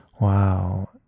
wow